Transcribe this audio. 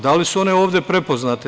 Da li su one ovde prepoznate?